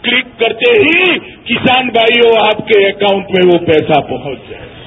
click करते ही किसान भाइयों आपके अकाउंट में वो पैसा पहुंच जाएगा